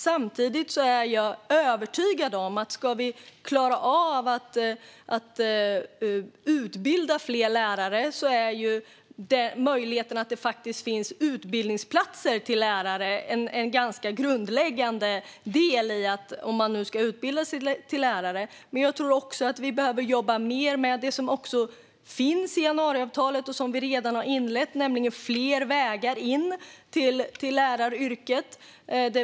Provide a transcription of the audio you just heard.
Samtidigt är jag övertygad om att ska vi klara av att utbilda fler lärare är möjligheten att det faktiskt finns utbildningsplatser en ganska grundläggande del. Jag tror också att vi behöver jobba mer med det som också finns med i januariavtalet och som vi redan har inlett arbetet med, nämligen fler vägar in till läraryrket.